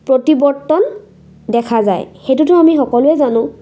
প্ৰতিবৰ্তন দেখা যায় সেইটোতো আমি সকলোৱে জানো